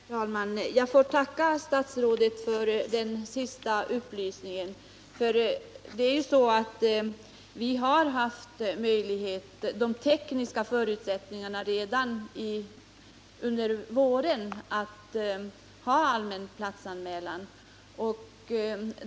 Herr talman! Jag får tacka statsrådet för den senaste upplysningen. Vi har ju redan under våren haft de tekniska förutsättningarna för allmän platsanmälan.